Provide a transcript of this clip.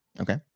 Okay